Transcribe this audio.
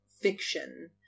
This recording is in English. fiction